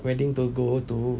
wedding to go to